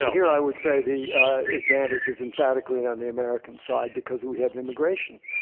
yeah here i would say the advantage is emphatically on the american side because we have immigration.